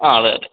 ആ അതെ അതെ